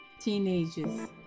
Teenagers